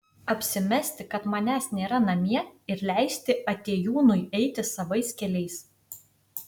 apsimesti kad manęs nėra namie ir leisti atėjūnui eiti savais keliais